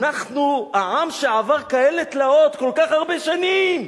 אנחנו, העם שעבר כאלה תלאות כל כך הרבה שנים,